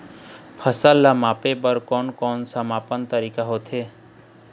फसल ला मापे बार कोन कौन सा मापन तरीका होथे?